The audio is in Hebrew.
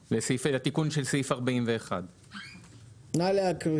מדינה, נאמר